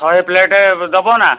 ଶହେ ପ୍ଳେଟ୍ ଦେବନା